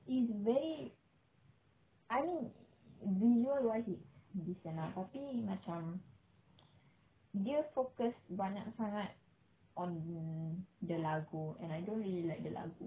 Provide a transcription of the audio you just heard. it's very I mean visual wise it's decent ah tapi macam dia focus banyak sangat on the lagu and I don't really like the lagu